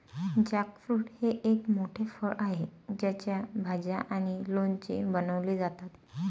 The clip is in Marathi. जॅकफ्रूट हे एक मोठे फळ आहे ज्याच्या भाज्या आणि लोणचे बनवले जातात